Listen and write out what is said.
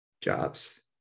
jobs